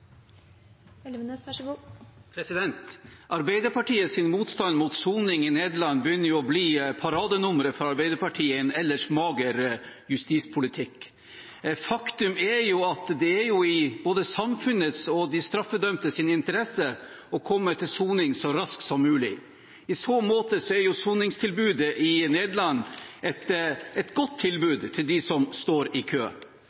motstand mot soning i Nederland begynner å bli paradenummeret deres i en ellers mager justispolitikk. Faktum er at det er i både samfunnets og de straffedømtes interesse å komme til soning så raskt som mulig. I så måte er soningstilbudet i Nederland et godt tilbud til dem som står i kø.